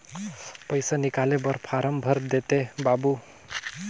पइसा निकाले बर फारम भर देते बाबु?